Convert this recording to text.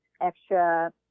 extra